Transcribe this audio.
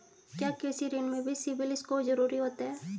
क्या कृषि ऋण में भी सिबिल स्कोर जरूरी होता है?